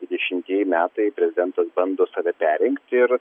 dvidešimtieji metai prezidentas bando save perrinkti ir